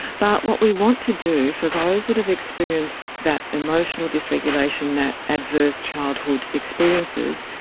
but what we want to do for those that have experienced that emotional dysregulation, that adverse childhood experiences,